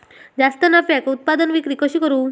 जास्त नफ्याक उत्पादन विक्री कशी करू?